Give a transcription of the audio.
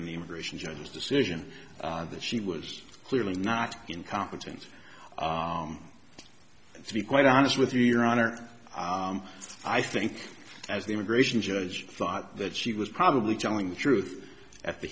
and the immigration judge's decision that she was clearly not incompetent to be quite honest with you your honor i think as the immigration judge thought that she was probably channeling the truth at the